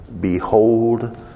behold